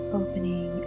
opening